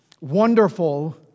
Wonderful